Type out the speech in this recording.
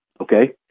okay